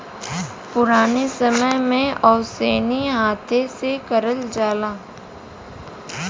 पुराने समय में ओसैनी हाथे से करल जाला